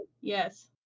Yes